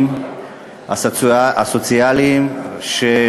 הסוציאליים החשובים,